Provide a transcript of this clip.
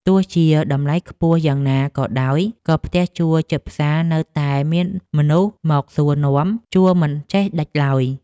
ទោះជាតម្លៃខ្ពស់យ៉ាងណាក៏ដោយក៏ផ្ទះជួលជិតផ្សារនៅតែមានមនុស្សមកសួរនាំជួលមិនចេះដាច់ឡើយ។